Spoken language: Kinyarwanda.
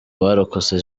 abarokotse